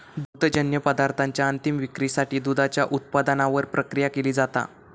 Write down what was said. दुग्धजन्य पदार्थांच्या अंतीम विक्रीसाठी दुधाच्या उत्पादनावर प्रक्रिया केली जाता